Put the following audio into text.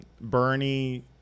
Bernie